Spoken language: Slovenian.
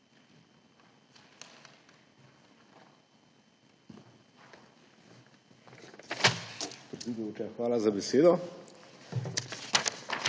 Hvala za besedo.